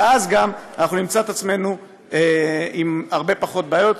ואז גם נמצא את עצמנו עם פחות בעיות.